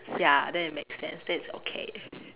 ya then it makes sense that is okay